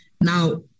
Now